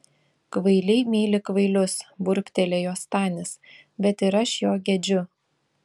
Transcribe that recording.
kvailiai myli kvailius burbtelėjo stanis bet ir aš jo gedžiu